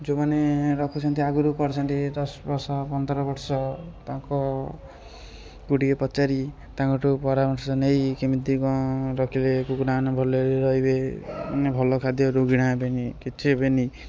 ଯେଉଁମାନେ ରଖୁଛନ୍ତି ଆଗରୁ କରୁଛନ୍ତି ଦଶ ବର୍ଷ ପନ୍ଦର ବର୍ଷ ତାଙ୍କୁ କୁ ଟିକିଏ ପଚାରି ତାଙ୍କଠାରୁ ପରାମର୍ଶ ନେଇ କେମିତି କ'ଣ ରଖିଲେ କୁକୁଡ଼ାମାନେ ଭଲରେ ରହିବେ ମାନେ ଭଲ ଖାଦ୍ୟ ରୋଗୀଣା ହେବେନି କିଛି ହେବେନି